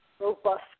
robust